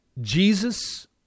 Jesus